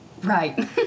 Right